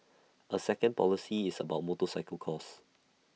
A second policy is about motorcycle costs